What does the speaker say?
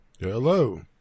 Hello